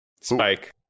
Spike